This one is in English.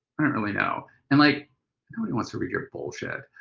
i don't really know. and like nobody wants to read your bullshit.